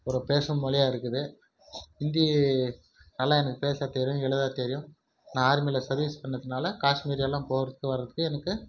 ஒரு பேசும் மொழியாக இருக்குது ஹிந்தி நல்லா எனக்கு பேச தெரியும் எழுத தெரியும் நான் ஆர்மியில் சர்வீஸ் பண்ணத்தினால காஷ்மீரெல்லாம் போறத்துக்கு வரத்துக்கு எனக்கு